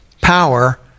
power